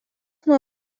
nuo